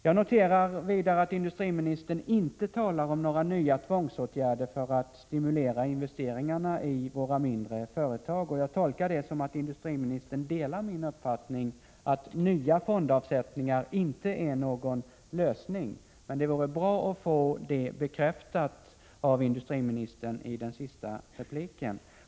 Jag noterar vidare att industriministern inte talar om några ytterligare tvångsåtgärder för att stimulera investeringarna i våra mindre företag, och jag tolkar det som att industriministern delar min uppfattning att nya fondavsättningar inte är någon lösning. Det vore bra att få det bekräftat av industriministern i den sista repliken.